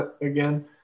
again